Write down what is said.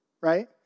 right